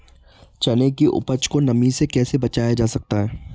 चने की उपज को नमी से कैसे बचाया जा सकता है?